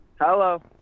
hello